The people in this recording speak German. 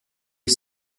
ich